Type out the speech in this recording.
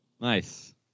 Nice